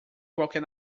qualquer